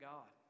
God